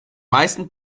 meisten